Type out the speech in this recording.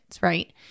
right